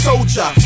Soldier